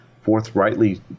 forthrightly